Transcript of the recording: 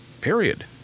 Period